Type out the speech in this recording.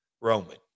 Roman